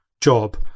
job